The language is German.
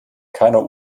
keiner